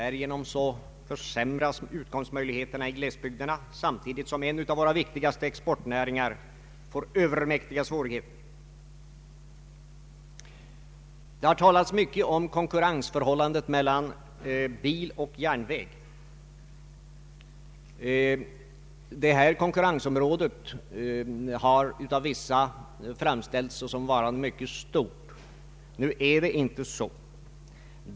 Därigenom försämras utkomstmöjligheterna i glesbygderna samtidigt som en av våra viktigaste exportnäringar får övermäktiga svårigheter. Det har talats mycket om konkurrensförhållandet mellan bil och järnväg. Det konkurrensområdet har av vissa framställts såsom mycket stort. Så är inte fallet.